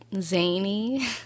zany